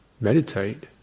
meditate